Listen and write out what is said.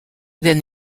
than